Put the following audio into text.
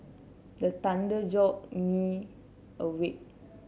the thunder jolt me awake